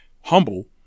humble